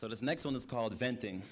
so this next one is called venting